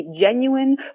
genuine